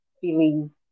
feeling